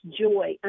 joy